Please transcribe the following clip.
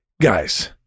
guys